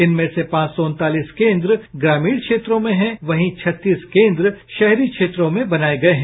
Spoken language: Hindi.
इनमें से पांच सौ उनतालीस केन्द्र ग्रामीण क्षेत्रों में हैं वहीं छत्तीस केन्द्र शहरी क्षेत्रों में बनाए गए हैं